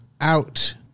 out